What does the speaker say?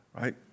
right